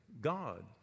god